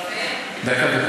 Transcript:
דקה,